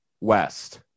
west